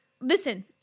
listen